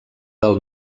del